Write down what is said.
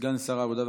סגן שר העבודה,